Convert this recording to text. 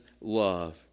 love